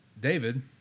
david